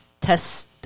test